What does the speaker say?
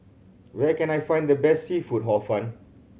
where can I find the best seafood Hor Fun